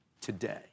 today